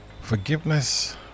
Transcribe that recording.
Forgiveness